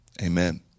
amen